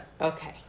Okay